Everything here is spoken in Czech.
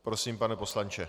Prosím, pane poslanče.